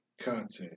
content